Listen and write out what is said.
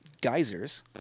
geysers